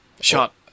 shot